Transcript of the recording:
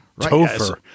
Topher